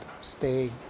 stay